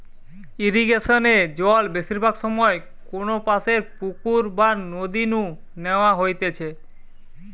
ইরিগেশনে জল বেশিরভাগ সময় কোনপাশের পুকুর বা নদী নু ন্যাওয়া হইতেছে